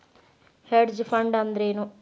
Hedge fund ಅಂದ್ರೇನು?